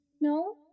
No